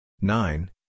nine